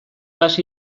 hasi